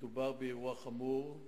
מדובר באירוע חמור,